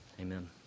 Amen